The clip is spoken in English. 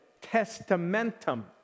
testamentum